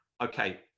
okay